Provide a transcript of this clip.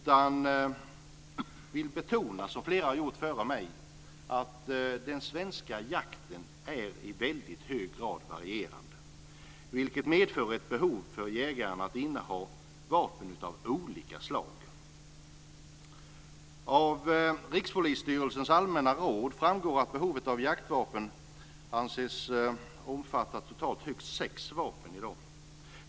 Jag vill som flera har gjort före mig betona att den svenska jakten i väldigt hög grad är varierande, vilket medför ett behov för jägaren att inneha vapen av olika slag. Av Rikspolisstyrelsens allmänna råd framgår i dag att behovet att jaktvapen anses omfatta totalt sex vapen.